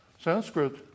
Sanskrit